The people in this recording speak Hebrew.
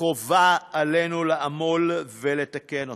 וחובה עלינו לעמול לתקן אותו.